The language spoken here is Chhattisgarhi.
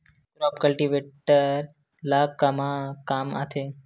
क्रॉप कल्टीवेटर ला कमा काम आथे?